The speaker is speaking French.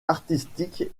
artistique